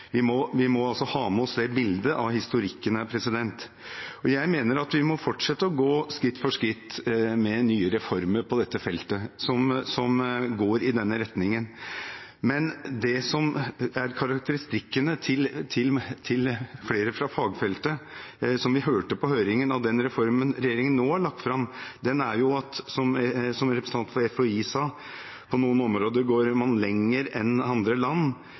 vi må ha med oss det bildet av historikken. Jeg mener at vi må fortsette og gå skritt for skritt med nye reformer på dette feltet, skritt som går i denne retningen. Karakteristikkene fra flere fra fagfeltet – som vi hørte i høringen – av reformen regjeringen nå har lagt fram, er, som en representant for FHI sa, at på noen områder går man lenger enn andre land.